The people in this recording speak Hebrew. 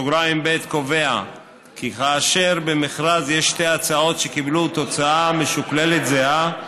קובע כי כאשר במכרז יש שתי הצעות שקיבלו תוצאה משוקללת זהה,